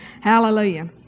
Hallelujah